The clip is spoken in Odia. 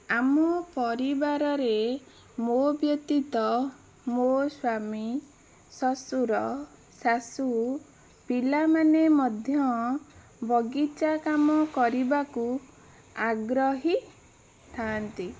ଆମ ପରିବାରରେ ମୋ ବ୍ୟତୀତ ମୋ ସ୍ୱାମୀ ଶ୍ଵଶୁର ଶାଶୁ ପିଲାମାନେ ମଧ୍ୟ ବଗିଚାକାମ କରିବାକୁ ଆଗ୍ରହୀ ଥାଆନ୍ତି